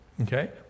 Okay